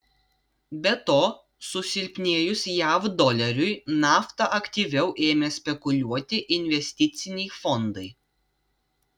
be to susilpnėjus jav doleriui nafta aktyviau ėmė spekuliuoti investiciniai fondai